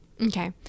Okay